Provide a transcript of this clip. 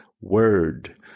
word